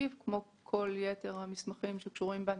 לתשקיף כמו כל יתר המסמכים שקשורים בהנפקה.